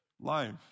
life